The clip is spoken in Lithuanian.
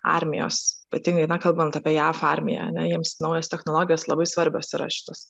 armijos ypatingai na kalbant apie jav armiją ar ne jiem naujos technologijos labai svarbios yra šitos